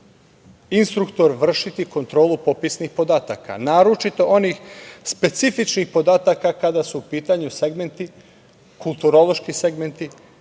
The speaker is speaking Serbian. instruktor vršiti kontrolu popisnih podataka, naročito onih specifičnih podataka kada su u pitanju segmenti, kulturološki segmenti,